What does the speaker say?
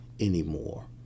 anymore